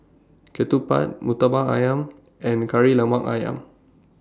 Ketupat Murtabak Ayam and Kari Lemak Ayam